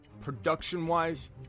production-wise